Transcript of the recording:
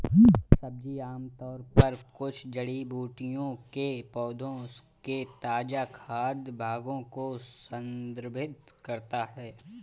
सब्जी आमतौर पर कुछ जड़ी बूटियों के पौधों के ताजा खाद्य भागों को संदर्भित करता है